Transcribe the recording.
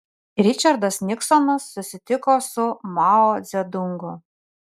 ričardas niksonas susitiko su mao dzedungu